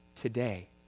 today